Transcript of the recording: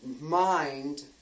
mind